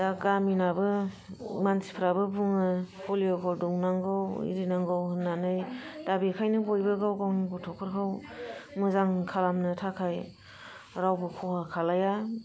दा गामिनाबो मानसिफ्राबो बुङो पलिअबो दौनांगौ हिरिनांगौ होननानै दा बेखायनो बयबो गाव गावनि गथ'फोरखौ मोजां खालामनो थाखाय रावबो खहा खालाया